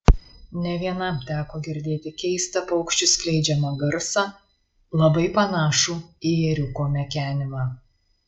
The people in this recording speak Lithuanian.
ne vienam teko girdėti keistą paukščių skleidžiamą garsą labai panašų į ėriuko mekenimą